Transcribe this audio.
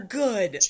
good